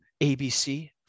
abc